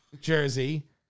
jersey